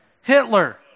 Hitler